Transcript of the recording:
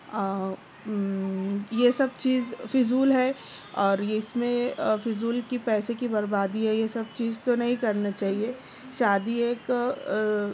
یہ سب چیز فضول ہے اور اِس میں فضول کی پیسے کی بربادی ہے یہ سب چیز تو نہیں کرنا چاہیے شادی ایک